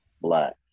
black